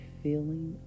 feeling